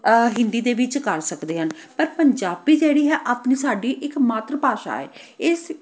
ਹਿੰਦੀ ਦੇ ਵਿੱਚ ਕਰ ਸਕਦੇ ਹਨ ਪਰ ਪੰਜਾਬੀ ਜਿਹੜੀ ਹੈ ਆਪਣੀ ਸਾਡੀ ਇੱਕ ਮਾਤਰ ਭਾਸ਼ਾ ਹੈ ਇਸ